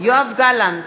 יואב גלנט,